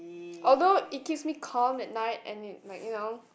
although it keeps me calm at night and it like you know